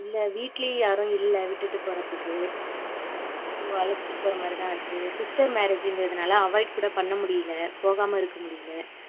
இல்லை வீட்லையும் யாரும் இல்லை விட்டுவிட்டு போகறத்துக்கு ஸோ அழைச்சிட்டு போகறமாரி தான் இருக்கு சிஸ்டர் மேரேஜ்ங்குறதனால அவாய்ட் கூட பண்ண முடியல போகாமல் இருக்க முடியல